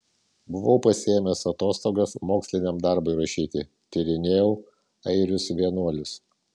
buvau pasiėmęs atostogas moksliniam darbui rašyti tyrinėjau airius vienuolius